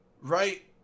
right